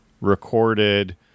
recorded